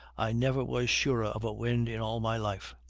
i never was surer of a wind in all my life.